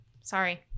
Sorry